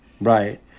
Right